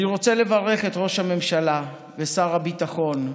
אני רוצה לברך את ראש הממשלה ואת שר הביטחון,